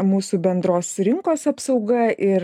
mūsų bendros rinkos apsauga ir